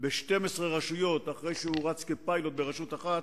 ב-12 רשויות אחרי שרץ כפיילוט ברשות אחת,